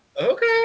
okay